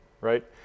right